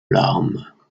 larmes